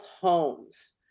homes